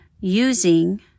using